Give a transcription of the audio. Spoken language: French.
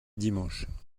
dimanches